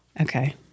Okay